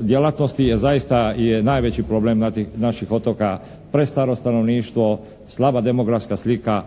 djelatnosti je, zaista je najveći problem naših otoka prestaro stanovništvo, slaba demografska slika,